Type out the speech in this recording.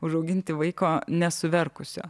užauginti vaiko nesuverkusio